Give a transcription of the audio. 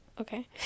Okay